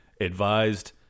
advised